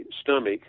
stomach